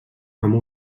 amb